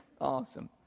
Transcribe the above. Awesome